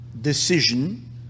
decision